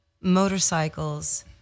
motorcycles